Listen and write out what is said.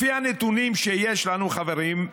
לפי הנתונים שיש לנו, חברים,